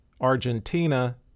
Argentina